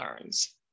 learns